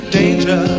danger